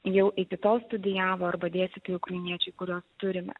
jau iki tol studijavo arba dėstytojai ukrainiečiai kuriuos turime